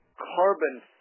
carbon